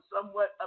somewhat